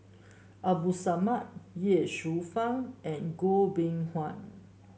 Abdul Samad Ye Shufang and Goh Beng Kwan